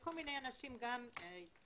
כל מיני אנשים במעמד